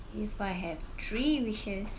if I have three wishes